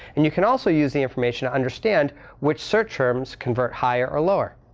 and you can also use the information to understand which search terms convert higher or lower.